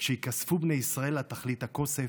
כשיכספו בני ישראל לה תכלית הכוסף,